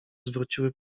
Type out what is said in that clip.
zwróciły